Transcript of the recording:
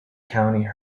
county